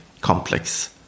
complex